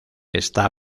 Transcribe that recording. está